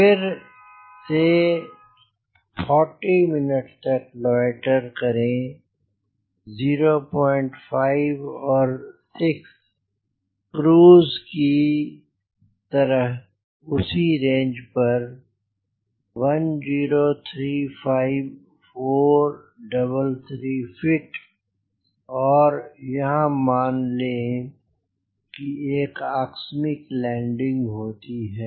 फिर से 40 मिनट के लिए लॉयटेर करें 05 और 6 क्रूज की तरह उसी रेंज पर 1035433 फ़ीट और यहाँ मान लें कि एक आकस्मिक लैंडिंग होती है